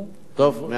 טוב, מאה אחוז.